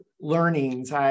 learnings